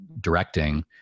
directing